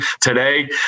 today